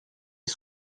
ils